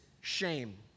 shame